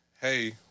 hey